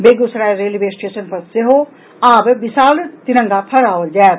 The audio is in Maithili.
बेगूसराय रेलवे स्टेशन पर सेहो आब विशाल तिरंगा फहराओल जायत